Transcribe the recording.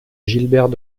gilbert